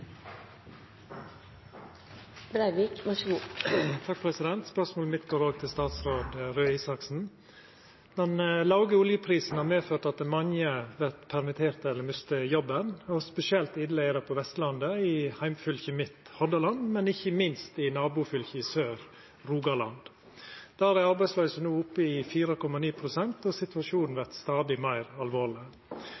Spørsmålet mitt går òg til statsråd Røe Isaksen. Den låge oljeprisen har medført at mange vert permitterte eller mistar jobben – spesielt ille er det på Vestlandet, i heimfylket mitt, Hordaland, men ikkje minst i nabofylket i sør, Rogaland. Der er arbeidsløysa no oppe i 4,9 pst., og situasjonen